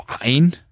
fine